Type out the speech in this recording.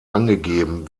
angegeben